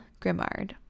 Grimard